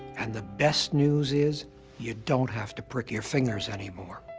and the best news is you don't have to prick your fingers anymore.